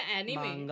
anime